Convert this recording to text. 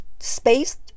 space